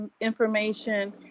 information